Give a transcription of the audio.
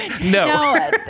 no